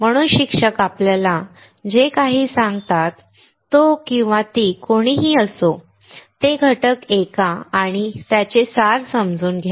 म्हणून शिक्षक आपल्याला जे काही सांगतात तो किंवा ती कोणीही असो ते घटक ऐका आणि त्याचे सार समजून घ्या